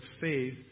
faith